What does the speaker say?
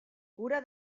cura